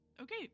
Okay